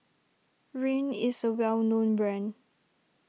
Rene is a well known brand